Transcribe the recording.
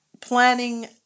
planning